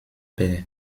père